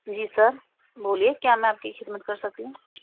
جی sir بولیے کیا میں آپ کی خدمت کر سکتی ہوں